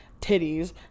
titties